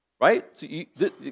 right